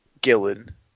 gillen